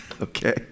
Okay